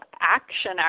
action